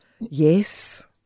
Yes